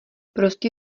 prostě